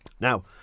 Now